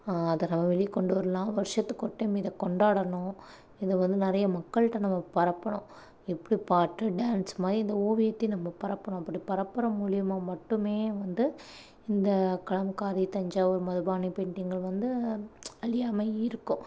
அதை நம்ம வெளியே கொண்டு வரலாம் வருஷத்து ஒரு டைம் இதை கொண்டாடணும் இதை வந்து நிறைய மக்கள்கிட்ட நம்ம பரப்பணும் எப்படி பாட்டு டான்ஸ் மாதிரி இந்த ஓவியத்தையும் நம்ம பரப்பணும் அப்படி பரப்புற மூலிமா மட்டுமே வந்து இந்த கலம்காரி தஞ்சாவூர் மதுபானி பெயிண்டிங் வந்து அழியாமல் இருக்கும்